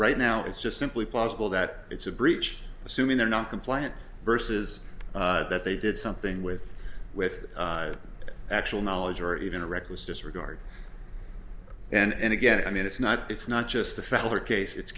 right now it's just simply possible that it's a breach assuming they're not compliant versus that they did something with with actual knowledge or even a reckless disregard and again i mean it's not it's not just the feller case it's